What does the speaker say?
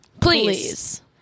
please